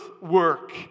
work